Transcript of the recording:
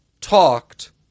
talked